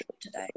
today